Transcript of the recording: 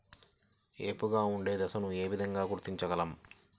ఏపుగా ఉండే దశను ఏ విధంగా గుర్తించగలం?